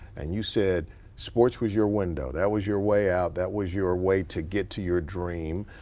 and you said sports was your window. that was your way out. that was your way to get to your dream.